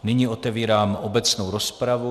Nyní otevírám obecnou rozpravu.